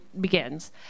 begins